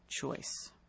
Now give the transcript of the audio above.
Choice